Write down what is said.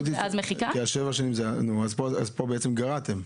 פה בעצם גרעתם.